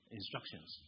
instructions